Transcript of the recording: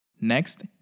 next